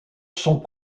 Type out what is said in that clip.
sont